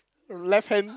left hand